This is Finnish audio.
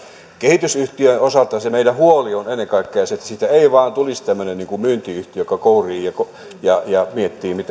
kehitysyhtiön osalta se meidän huolemme on ennen kaikkea se että siitä ei vain tulisi tämmöinen myyntiyhtiö joka kourii ja ja miettii